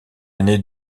aîné